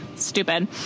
stupid